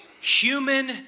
human